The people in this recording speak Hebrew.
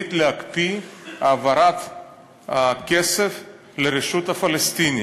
החליט להקפיא את העברת הכסף לרשות הפלסטינית.